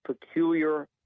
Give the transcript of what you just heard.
peculiar